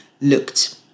looked